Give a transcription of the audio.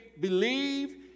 believe